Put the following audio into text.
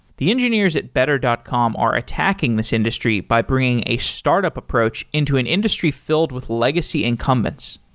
the engineers at better dot com are attacking this industry by bringing a startup approach into an industry filled with legacy incumbents.